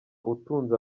utunze